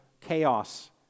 chaos